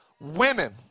women